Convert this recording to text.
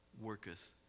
worketh